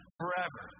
forever